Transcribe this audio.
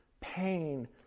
pain